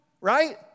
right